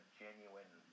genuine